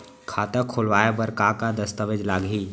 खाता खोलवाय बर का का दस्तावेज लागही?